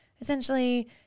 essentially